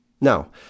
Now